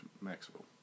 Maxwell